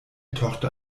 tochter